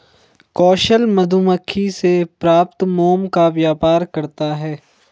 कौशल मधुमक्खी से प्राप्त मोम का व्यापार करता है